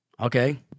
Okay